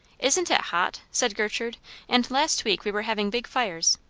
isn't it hot? said gertrude and last week we were having big fires.